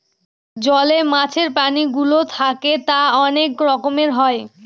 জলে মাছের প্রাণীগুলো থাকে তা অনেক রকমের হয়